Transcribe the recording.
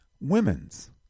women's